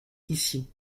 ici